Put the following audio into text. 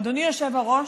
אדוני היושב-ראש,